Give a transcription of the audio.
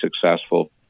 successful